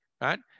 right